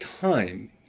time